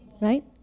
Right